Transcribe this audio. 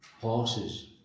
horses